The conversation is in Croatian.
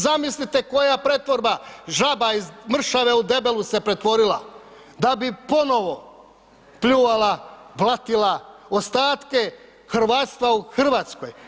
Zamislite koja pretvorba žaba iz mršave u debelu se pretvorila da bi ponovo pljuvala, blatila ostatke hrvatstva u Hrvatskoj.